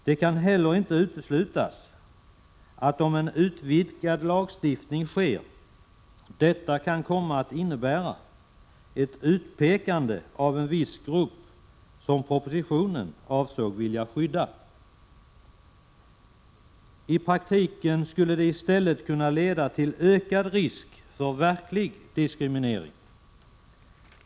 Det kan heller inte uteslutas att om en utvidgad lagstiftning sker, detta kan komma att innebära ett utpekande av en viss grupp som propositionen avsågs vilja skydda. I praktiken skulle det i stället kunna leda till ökad risk för verklig diskriminering.